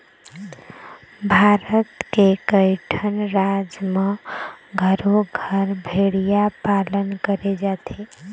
भारत के कइठन राज म घरो घर भेड़िया पालन करे जाथे